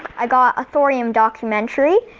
i got a thorium documentary,